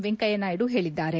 ವೆಂಕಯ್ಯ ನಾಯ್ಡು ಹೇಳದ್ದಾರೆ